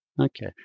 Okay